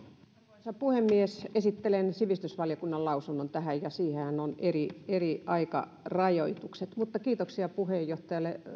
arvoisa puhemies esittelen sivistysvaliokunnan lausunnon tähän ja siihenhän on eri aikarajoitukset kiitoksia